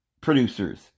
producers